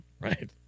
Right